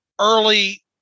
early